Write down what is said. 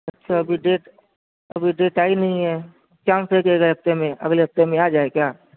اچھا ابھی ڈیٹ ابھی ڈیٹ آئی نہیں ہے چانس ہے کہ اگلے ہفتے میں اگلے ہفتے میں آ جائے کیا